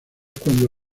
cuando